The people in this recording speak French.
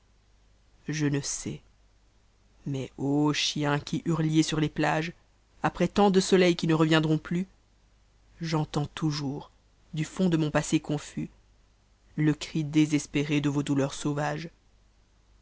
je ne sais mais ô chiens qui hurliez sur les plages après tant de soleils qui ne reviendront plus j'entends toujours dn fond de mon passé confus le cri désespéré de vos douleurs sauvages